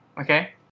okay